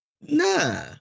Nah